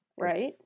Right